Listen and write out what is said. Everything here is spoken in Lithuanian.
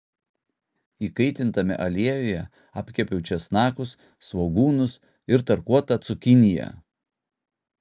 įkaitintame aliejuje apkepiau česnakus svogūnus ir tarkuotą cukiniją